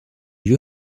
you